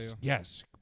Yes